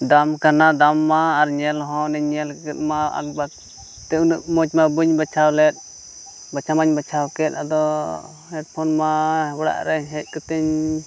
ᱫᱟᱢ ᱠᱟᱱᱟ ᱫᱟᱢ ᱢᱟ ᱟᱨ ᱧᱮᱞ ᱦᱚᱸ ᱞᱤᱧ ᱧᱮᱞ ᱠᱮᱫ ᱢᱟ ᱮᱠ ᱵᱟᱨᱮ ᱩᱱᱟᱹ ᱢᱚᱡᱽ ᱢᱟ ᱵᱟᱹᱧ ᱵᱟᱪᱷᱟᱣ ᱞᱮᱫ ᱵᱟᱪᱷᱟᱣ ᱢᱟᱧ ᱵᱟᱪᱷᱟᱣ ᱠᱮᱫ ᱟᱫᱚ ᱦᱮᱰᱯᱷᱳᱱ ᱢᱟ ᱚᱲᱟᱜ ᱨᱮ ᱦᱮᱡ ᱠᱟᱛᱮᱧ